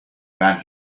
when